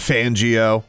Fangio